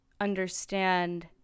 understand